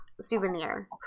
souvenir